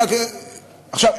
עכשיו,